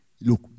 look